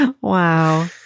Wow